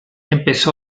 empezó